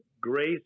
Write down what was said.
grace